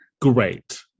Great